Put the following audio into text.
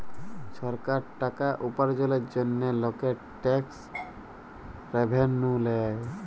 সরকার টাকা উপার্জলের জন্হে লকের ট্যাক্স রেভেন্যু লেয়